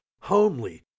homely